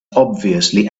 obviously